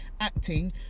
acting